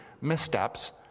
missteps